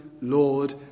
Lord